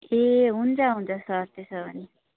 ए हुन्छ हुन्छ सर त्यसो भने